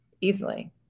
easily